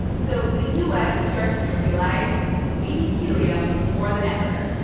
so the u s. starts to realize we need helium more than ever.